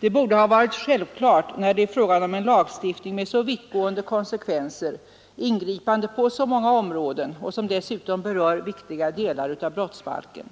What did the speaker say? Det borde ha varit självklart, när det är fråga om en lagstiftning med så vittgående konsekvenser, som ingriper på så många områden och som dessutom berör viktiga delar av brottsbalken.